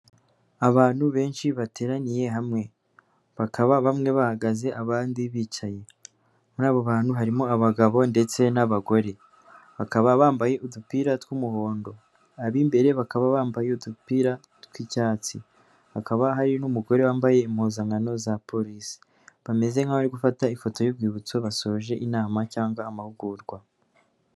Abantu benshi bateraniye hamwe, bakaba bamwe bahagaze abandi bicaye muri abo bantu harimo abagabo ndetse n'abagore, bakaba bambaye udupira tw'umuhondo ab'imbere bakaba bambaye udupira tw'icyatsi, hakaba hari n'umugore wambaye impuzankano za polisi, bameze nk'ari gufata ifoto y'urwibutso basoje inama cyangwa amahugurwa.